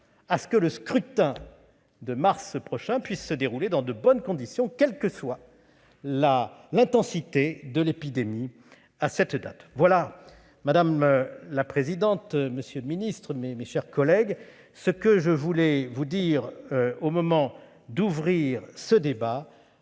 afin que le scrutin de mars prochain se déroule dans de bonnes conditions, quelle que soit l'intensité de l'épidémie à cette date. Madame la présidente, monsieur le ministre, mes chers collègues, voilà ce que je tenais à vous dire au moment d'ouvrir ce débat.